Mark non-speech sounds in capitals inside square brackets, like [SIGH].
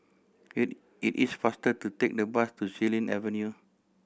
[HESITATION] it is faster to take the bus to Xilin Avenue